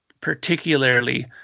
particularly